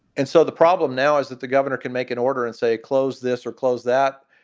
and so the problem now is that the governor can make an order and say it closed this or close that.